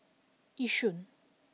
Yishun